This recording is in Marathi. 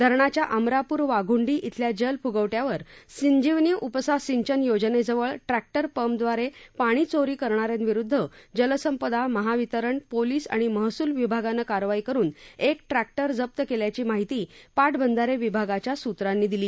धरणाच्या अमरापुर वाघूंडी इथल्या जलफुगवट्यावर संजीवनी उपसा सिंचन योजनेजवळ ट्रस्टिर पंपद्वारे पाणी चोरी करणाऱ्यांविरूद्ध जलसंपदा महावितरण पोलिस आणि महसूल विभागानं कारवाई करून एक ट्रेष्टर जप्त केल्याची माहिती पाटबंधारे विभागाच्या सूत्रांनी दिली